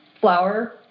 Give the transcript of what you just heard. flour